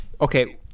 okay